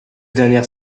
dernières